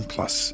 Plus